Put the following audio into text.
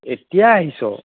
এতিয়া আহিছ